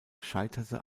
scheiterte